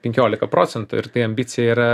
penkiolika procenti ambicija yra